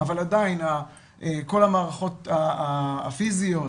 אבל עדיין כל המערכות הפיזיות,